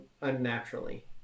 unnaturally